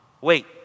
Wait